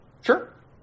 Sure